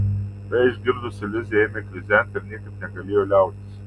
tai išgirdusi lizė ėmė krizenti ir niekaip negalėjo liautis